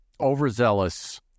overzealous